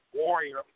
warrior